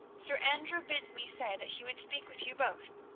sir andrew bids me say that he would speak with you both,